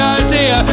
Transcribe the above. idea